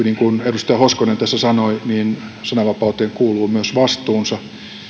niin kuin edustaja hoskonen tässä sanoi niin sananvapauteen kuuluu myös vastuunsa